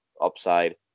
upside